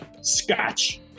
Scotch